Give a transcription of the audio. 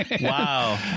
Wow